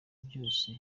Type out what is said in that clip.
byose